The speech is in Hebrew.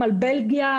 בלגיה,